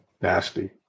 nasty